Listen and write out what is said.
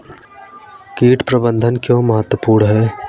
कीट प्रबंधन क्यों महत्वपूर्ण है?